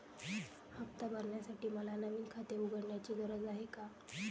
हफ्ता भरण्यासाठी मला नवीन खाते उघडण्याची गरज आहे का?